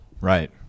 right